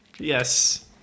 Yes